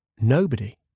Nobody